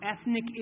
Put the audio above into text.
ethnic